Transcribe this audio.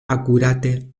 akurate